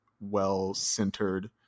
well-centered